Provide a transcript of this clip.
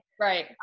Right